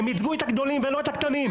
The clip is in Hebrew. הם יצגו את הגדולים ולא את הקטנים.